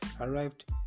arrived